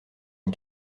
une